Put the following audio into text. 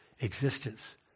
existence